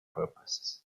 purposes